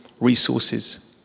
resources